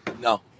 No